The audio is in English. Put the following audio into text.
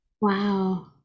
Wow